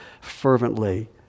fervently